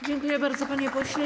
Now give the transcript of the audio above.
Dziękuję bardzo, panie pośle.